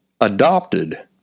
adopted